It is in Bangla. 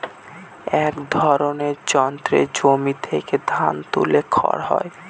এক ধরনের যন্ত্রে জমি থেকে ধান তুলে খড় হয়